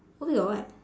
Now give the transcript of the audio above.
ubi got what